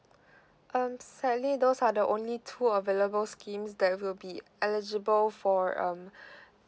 um sadly those are the only two available schemes that will be eligible for um